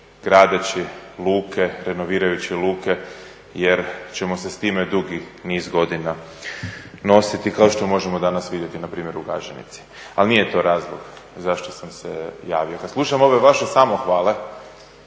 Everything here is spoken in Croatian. gradeći luke, renovirajući luke jer ćemo se s time dugi niz godina nositi, kao što možemo danas vidjeti na primjeru u Gaženici. Ali nije to razlog zašto sam se javio. Kad slušam ove vaše samohvale